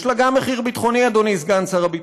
יש לה גם מחיר ביטחוני, אדוני סגן שר הביטחון.